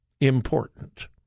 important